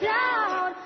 down